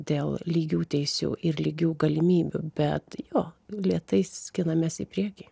dėl lygių teisių ir lygių galimybių bet jo lėtai skinamės į priekį